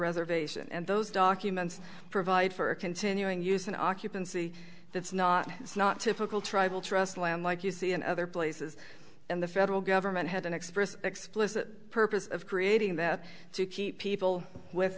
reservation and those documents provide for a continuing use in occupancy that's not it's not typical tribal trust land like you see in other places in the federal government had an express explicit purpose of creating that to keep people with